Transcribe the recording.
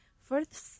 First